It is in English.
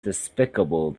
despicable